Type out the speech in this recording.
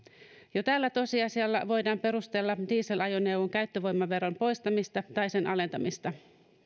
jo tällä tosiasialla voidaan perustella dieselajoneuvon käyttövoimaveron poistamista tai sen alentamista